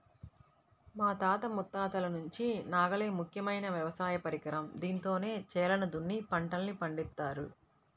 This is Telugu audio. మా తాత ముత్తాతల నుంచి నాగలే ముఖ్యమైన వ్యవసాయ పరికరం, దీంతోనే చేలను దున్ని పంటల్ని పండిత్తారు